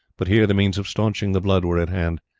but here the means of stanching the blood were at hand,